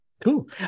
Cool